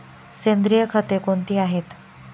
सेंद्रिय खते कोणती आहेत?